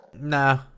Nah